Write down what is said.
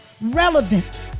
relevant